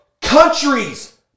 countries